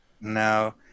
No